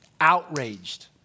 Outraged